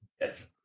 Yes